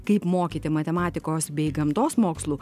kaip mokyti matematikos bei gamtos mokslų